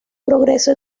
progreso